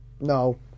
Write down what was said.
No